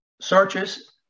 searches